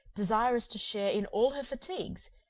desirous to share in all her fatigues,